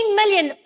million